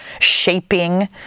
shaping